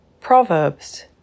Proverbs